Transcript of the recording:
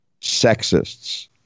sexists